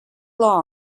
law